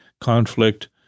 conflict